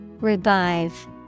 Revive